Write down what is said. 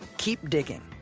keep digging,